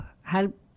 help